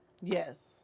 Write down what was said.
Yes